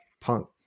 Punk